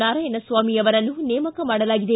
ನಾರಾಯಣ ಸ್ವಾಮಿ ಅವರನ್ನು ನೇಮಕ ಮಾಡಲಾಗಿದೆ